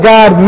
God